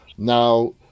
Now